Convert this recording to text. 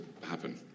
happen